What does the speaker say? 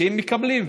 שהם מקבלים.